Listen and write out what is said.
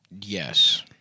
Yes